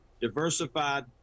diversified